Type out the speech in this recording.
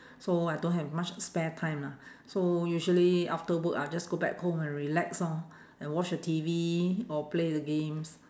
so I don't have much spare time lah so usually after work I'll just go back home and relax lor and watch the T_V or play the games